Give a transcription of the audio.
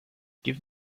give